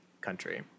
country